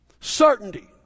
Certainty